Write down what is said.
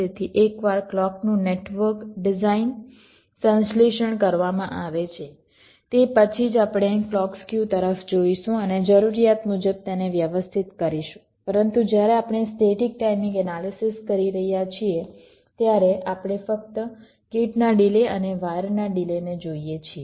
તેથી એકવાર ક્લૉકનું નેટવર્ક ડિઝાઇન સંશ્લેષણ કરવામાં આવે છે તે પછી જ આપણે ક્લૉક સ્ક્યુ તરફ જોઈશું અને જરૂરીયાત મુજબ તેને વ્યવસ્થિત કરીશું પરંતુ જ્યારે આપણે સ્ટેટિક ટાઈમિંગ એનાલિસિસ કરી રહ્યા છીએ ત્યારે આપણે ફક્ત ગેટના ડિલે અને વાયરના ડિલેને જોઈએ છીએ